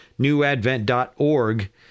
newadvent.org